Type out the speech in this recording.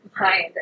mind